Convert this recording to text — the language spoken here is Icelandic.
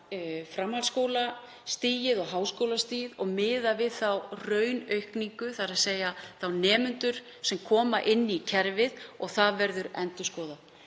framhaldsskólastigið og háskólastigið miðað við raunaukningu, þ.e. þá nemendur sem koma inn í kerfið, og það verður endurskoðað.